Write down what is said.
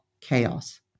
chaos